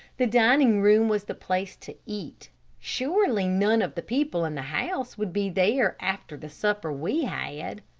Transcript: the dining-room was the place to eat. surely none of the people in the house would be there after the supper we had.